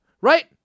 Right